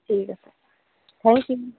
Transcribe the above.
ঠিক আছে থেংকিউ